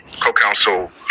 co-counsel